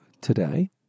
today